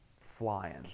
flying